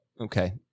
Okay